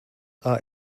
are